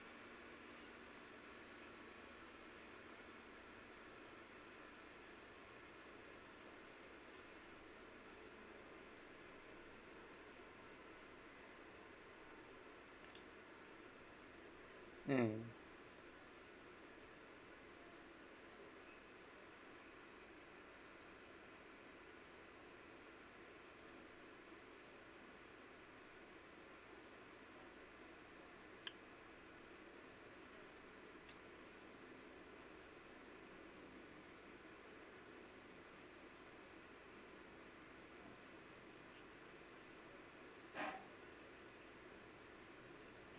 mm